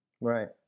Right